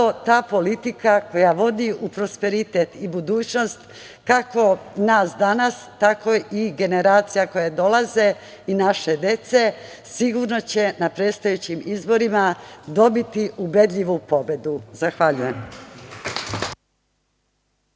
ta politika koja vodi u prosperitet i budućnost, kako nas danas, tako i generacija koje dolaze i naše dece, sigurno će na predstojećim izborima dobiti ubedljivu pobedu. Zahvaljujem.